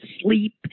Sleep